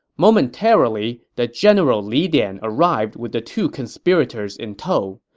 momentarily, the general li dian arrived with the two conspirators in tow.